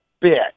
bit